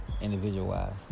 individual-wise